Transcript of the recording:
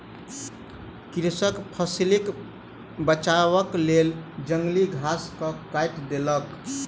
कृषक फसिलक बचावक लेल जंगली घास के काइट देलक